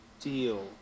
deal